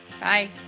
Bye